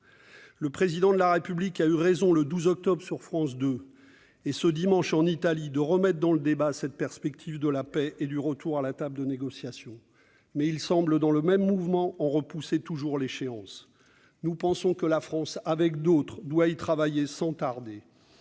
Le Président de la République a eu raison, le 12 octobre dernier, sur France 2, puis ce dimanche en Italie, de remettre dans le débat la perspective de la paix et le retour à la table des négociations ; mais il semble, dans le même mouvement, en repousser toujours l'échéance. La France, avec d'autres pays, doit y travailler sans tarder.